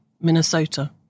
Minnesota